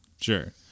Sure